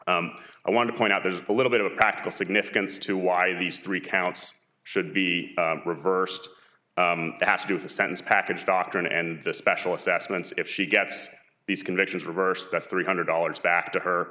i want to point out there's a little bit of a practical significance to why these three counts should be reversed the sentence package doctrine and the special assessments if she gets these convictions reversed that's three hundred dollars back to her